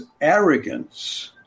arrogance